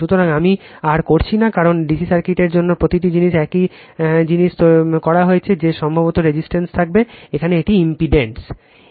সুতরাং আমি আর করছি না কারণ ডিসি সার্কিটের জন্য প্রতিটি জিনিস একই জিনিস করা হচ্ছে যে সম্ভবত রেজিটেন্স থাকবে এখানে এটি ইম্পিডেন্স